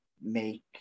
make